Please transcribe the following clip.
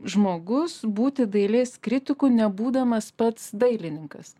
žmogus būti dailės kritiku nebūdamas pats dailininkas